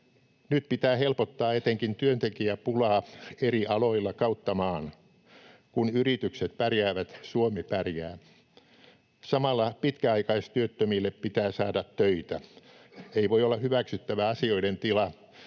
Nyt pitää helpottaa etenkin työntekijäpulaa eri aloilla kautta maan. Kun yritykset pärjäävät, Suomi pärjää. Samalla pitkäaikaistyöttömille pitää saada töitä. Ei voi olla hyväksyttävä asioiden tila,